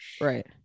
Right